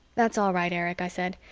that's all right, erich, i said.